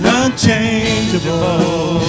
unchangeable